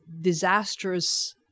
disastrous